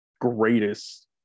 greatest